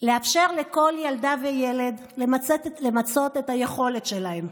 לאפשר לכל ילדה וילד למצות את היכולת שלהם,